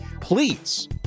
please